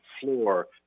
floor